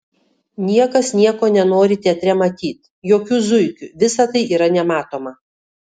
niekas nieko nenori teatre matyt jokių zuikių visa tai yra nematoma